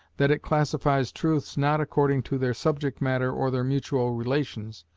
that it classifies truths not according to their subject-matter or their mutual relations,